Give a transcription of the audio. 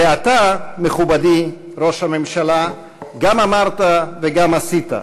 ואתה, מכובדי ראש הממשלה, גם אמרת וגם עשית.